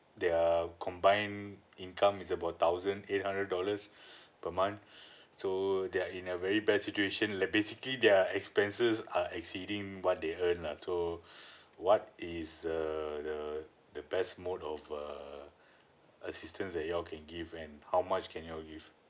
their combined income is about thousand eight hundred dollars per month so they are in a very bad situation like basically their expenses are exceeding what they earn lah so what is err the the best mode of err assistance that you all can give and how much can you all give